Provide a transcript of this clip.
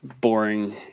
boring